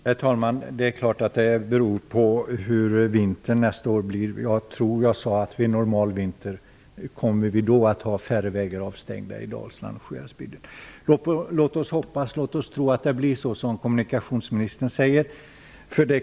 Herr talman! Det är klart att situationen beror på hur vintern blir nästa år. Jag frågade om vi vid en normal vinter kommer att ha färre vägar avstängda i Dalsland och Sjuhäradsbygden. Låt oss hoppas att det blir så som kommunikationsministern säger.